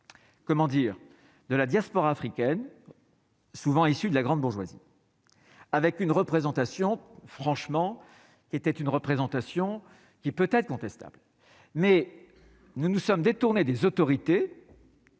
comment dire, de la diaspora africaine. Souvent issus de la grande bourgeoisie, avec une représentation franchement il était une représentation qui peut-être contestable, mais nous nous sommes détournées des autorités,